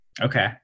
Okay